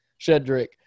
Shedrick